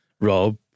Rob